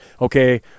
okay